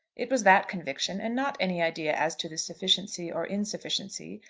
it was that conviction, and not any idea as to the sufficiency or insufficiency,